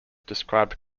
described